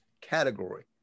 category